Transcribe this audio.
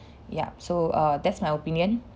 yup so err that's my opinion